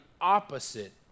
opposite